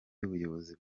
y’ubuyobozi